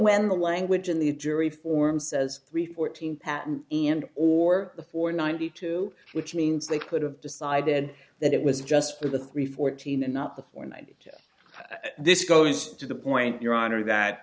when the language in the jury form says three fourteen patents and or the four ninety two which means they could have decided that it was just for the three fourteen and not the four night this goes to the point your honor that